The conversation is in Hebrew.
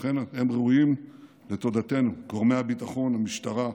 ובכן, הם ראויים לתודתנו, גורמי הביטחון, המשטרה,